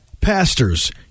pastors